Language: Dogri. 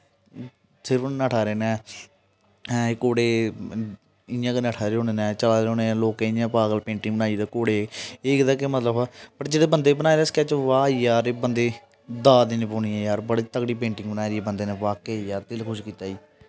सिर्फ नट्ठा दे न एह् घोडे़ इ'यां गै नट्ठा दे होने न लोकें इ'यां पागल पेंटिंग बनाई घोडे़ एह्दा केह् मतलब हा पर जेह्ड़े बंदे बनाए दे स्कैच ओह् आखदा वाह यार ऐ बंदे दाद देनी पौनी ऐ यार बड़ी तगड़ी पेंटिंग बनाई दी ऐ बंदे ने वाकई यार दिल खुश कीता ई